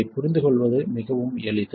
இதை புரிந்துகொள்வது மிகவும் எளிது